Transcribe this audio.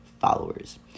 followers